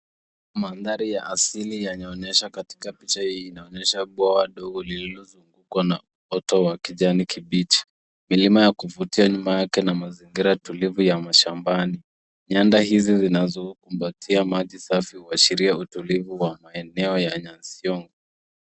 Mandhari ya asili yanayoonesha katika picha hii inaonesha bwawa dogo lililozungukwa na oto wa kijani kibichi, milima ya kuvutia nyuma yake na mazingira tulivu ya mashambani. Nyanda hizi zinazokumbatia maji safi huashiria utulivu wa maeneo ya nyansiongo.